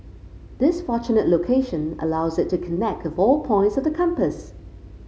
this fortunate location allows it to connect with all points of the compass